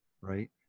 right